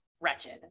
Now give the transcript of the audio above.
wretched